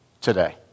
today